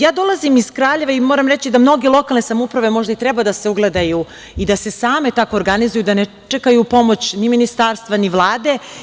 Ja dolazim iz Kraljeva i moram reći da mnoge lokalne samouprave, možda i treba da se ugledaju i da se same tako organizuju, da ne čekaju pomoć ni ministarstva ni Vlade.